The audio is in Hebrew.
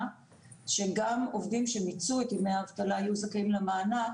שגם עובדים שמיצו את ימי האבטלה יהיו זכאים למענק,